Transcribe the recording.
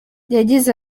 yagize